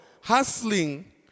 hustling